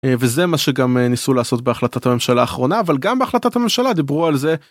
וזה מה שגם ניסו לעשות בהחלטת הממשלה האחרונה אבל גם בהחלטת הממשלה דיברו על זה.